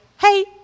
hey